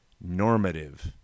normative